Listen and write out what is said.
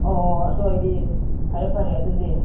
ꯑꯣ ꯑꯗꯨ ꯑꯣꯏꯔꯗꯤ ꯐꯔꯦ ꯐꯔꯦ ꯑꯗꯨꯗꯤ